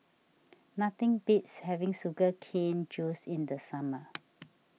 nothing beats having Sugar Cane Juice in the summer